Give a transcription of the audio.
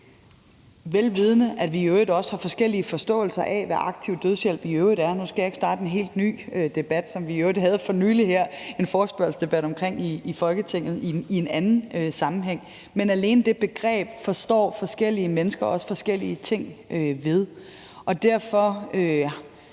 vel vidende at vi i øvrigt også har forskellige forståelser af, hvad aktiv dødshjælp i øvrigt er. Nu skal jeg ikke starte en helt ny debat, og vi havde i øvrigt en forespørgselsdebat om det for nylig her i Folketinget i en anden sammenhæng. Men alene det begreb forstår forskellige mennesker også forskellige ting ved. Derfor